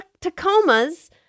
Tacomas